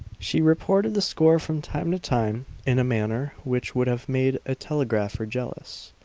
she reported the score from time to time in a manner which would have made a telegrapher jealous.